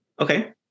Okay